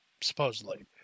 supposedly